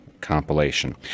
compilation